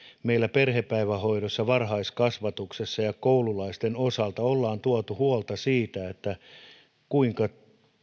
meillä perhepäivähoidossa varhaiskasvatuksessa ja koululaisten osalta ollaan tuotu huolta siitä kuinka